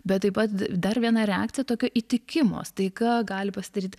bet taip pat dar viena reakcija tokio įtikimo staiga gali pasidaryti